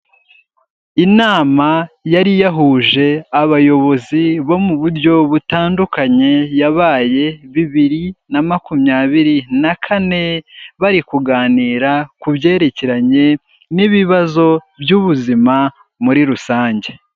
Inama yari yahuje abayobozi bo mu buryo butandukanye, yabaye bibiri na makumyabiri na kane, bari kuganira ku byerekeranye n'ibibazo by'ubuzima muri rusange.